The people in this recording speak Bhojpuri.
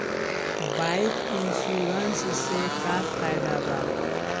बाइक इन्शुरन्स से का फायदा बा?